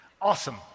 Awesome